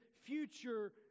future